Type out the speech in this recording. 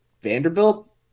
Vanderbilt